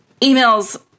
emails